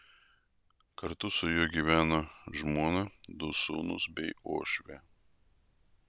kartu su juo gyvena žmona du sūnūs bei uošvė